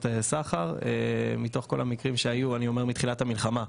סחר מתוך כל המקרים שהיו מתחילת המלחמה.